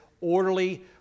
orderly